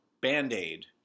Band-Aid